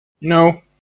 No